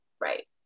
Right